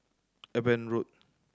Eben Road